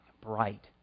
bright